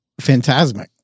Fantasmic